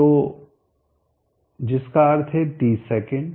तो जिसका अर्थ है 30 सेकंड